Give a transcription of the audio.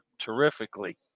terrifically